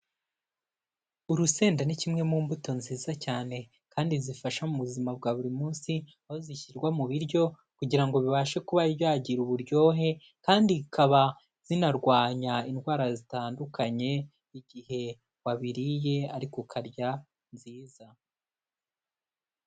Urusenda ni kimwe mu mbuto nziza cyane kandi zifasha mu buzima bwa buri munsi, aho zishyirwa mu biryo kugira ngo bibashe kuba byagira uburyohe kandi zikaba zinarwanya indwara zitandukanye igihe wabiriye ariko ukarya nziza.